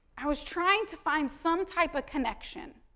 i was trying to find some type of connection.